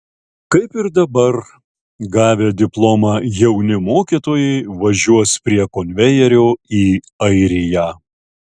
kaip ir dabar gavę diplomą jauni mokytojai važiuos prie konvejerio į airiją